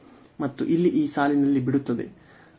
ಮತ್ತು ಇಲ್ಲಿ ಈ ಸಾಲಿನಲ್ಲಿ ಬಿಡುತ್ತದೆ